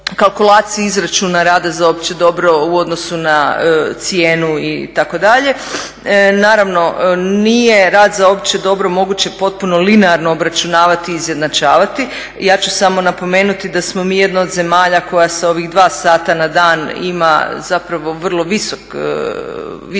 izračuna rada za opće dobro u odnosu na cijenu itd. naravno nije rad za opće dobro moguće potpuno linearno obračunavati i izjednačavati. Ja ću samo napomenuti da smo mi jedna od zemalja koja sa ovih dva sata na dan ima zapravo vrlo visoku